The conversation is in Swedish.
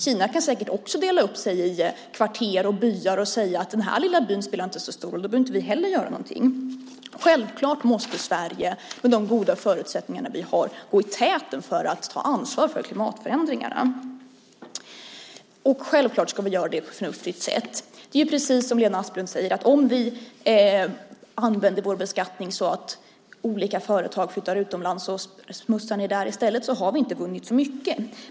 Kina kan säkert också dela upp sig i kvarter och byar och säga: Den här lilla byn spelar inte så stor roll, så då behöver inte vi heller göra någonting. Självklart måste Sverige, med de goda förutsättningar vi har, gå i täten för att ta ansvar för klimatförändringarna, och självklart ska vi göra det på ett förnuftigt sätt. Det är precis som Lena Asplund säger: Om vi använder vår beskattning så att olika företag flyttar utomlands och smutsar ned där i stället så har vi inte vunnit så mycket.